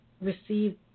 receive